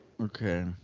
okay